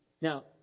Now